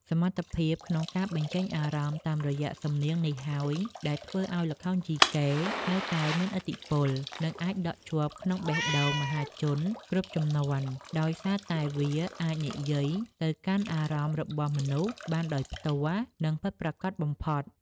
សមត្ថភាពក្នុងការបញ្ចេញអារម្មណ៍តាមរយៈសំនៀងនេះហើយ ដែលធ្វើឱ្យល្ខោនយីកេនៅតែមានឥទ្ធិពល និងអាចដក់ជាប់ក្នុងបេះដូងមហាជនគ្រប់ជំនាន់ ដោយសារតែវាអាចនិយាយទៅកាន់អារម្មណ៍របស់មនុស្សបានដោយផ្ទាល់ និងពិតប្រាកដបំផុត។